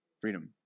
Freedom